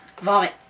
Vomit